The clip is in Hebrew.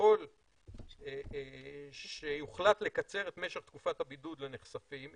ככל שיוחלט לקצר את משך תקופת הבידוד לנחשפים,